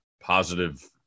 positive